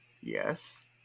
Yes